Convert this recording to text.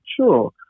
Sure